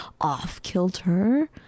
off-kilter